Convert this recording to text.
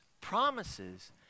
promises